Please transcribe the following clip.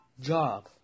job